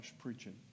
preaching